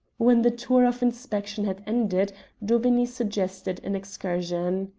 when the tour of inspection had ended daubeney suggested an excursion.